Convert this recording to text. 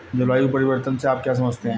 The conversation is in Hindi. जलवायु परिवर्तन से आप क्या समझते हैं?